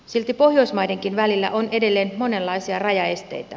silti pohjoismaidenkin välillä on edelleen monenlaisia rajaesteitä